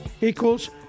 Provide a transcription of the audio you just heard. equals